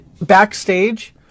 backstage